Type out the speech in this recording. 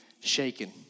shaken